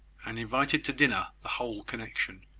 and invited to dinner the whole connection.